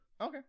okay